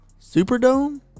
Superdome